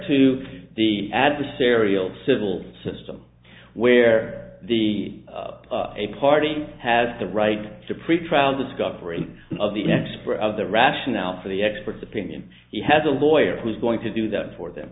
to the adversarial civil system where the a party has the right to pretrial discovery of the expert of the rationale for the expert's opinion he has a lawyer who is going to do that for them